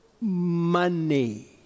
money